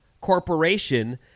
corporation